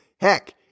Heck